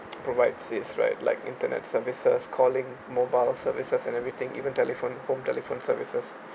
provides this right like internet services calling mobile services and everything even telephone home telephone services